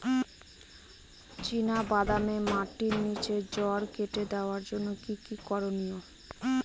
চিনা বাদামে মাটির নিচে জড় কেটে দেওয়ার জন্য কি কী করনীয়?